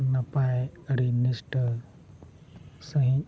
ᱱᱟᱯᱟᱭ ᱟᱹᱰᱤ ᱱᱤᱥᱴᱟᱹ ᱥᱟᱺᱦᱤᱡ